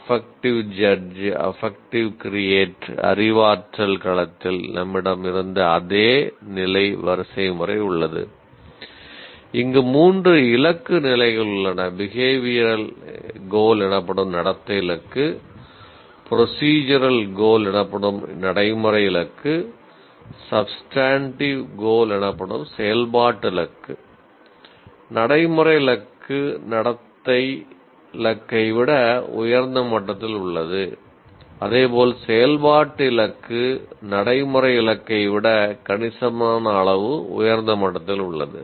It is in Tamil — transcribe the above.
அபக்ட்டிவ் இலக்கு நடத்தை இலக்கை விட உயர்ந்த மட்டத்தில் உள்ளது அதேபோல் செயல்பாட்டு இலக்கு நடைமுறை இலக்கை விட கணிசமான அளவு உயர்ந்த மட்டத்தில் உள்ளது